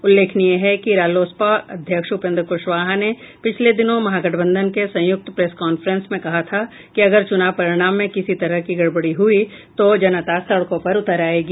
उल्लेखनीय है कि रालोसपा अध्यक्ष उपेन्द्र कुशवाहा ने पिछले दिनों महागठबंधन के संयुक्त प्रेस कॉन्फ्रेंस में कहा था कि अगर चुनाव परिणाम में किसी तरह की गडबडी हुई तो जनता सड़कों पर उतर आयेगी